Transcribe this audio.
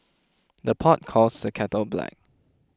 the pot calls the kettle black